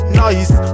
nice